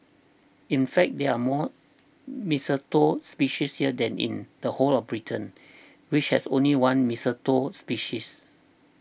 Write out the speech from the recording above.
in fact there are more mistletoe species here than in the whole of Britain which has only one mistletoe species